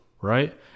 right